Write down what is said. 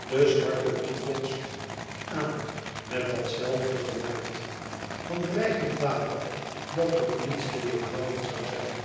de zwarte toekomst aan met dat zelfde geluid van dreigend water dat door niets te weêrhouden zoû zijn